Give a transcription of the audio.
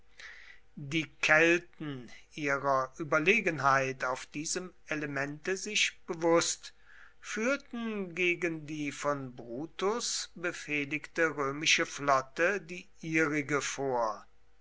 die kelten ihrer überlegenheit auf diesem elemente sich bewußt führten gegen die von brutus befehligte römische flotte die ihrige vor